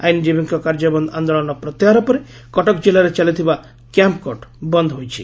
ଆଇନଜୀବୀଙ୍କ କାର୍ଯ୍ୟବନ୍ଦ ଆନ୍ଦୋଳନ ପ୍ରତ୍ୟାହାର ପରେ କଟକ ଜିଲ୍ଲାରେ ଚାଲିଥିବା କ୍ୟାମ୍ପ୍କୋର୍ଟ ବନ୍ଦ ହୋଇଛି